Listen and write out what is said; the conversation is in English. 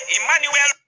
Emmanuel